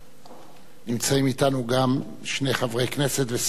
נמצאים אתנו גם שני חברי כנסת ושרים לשעבר,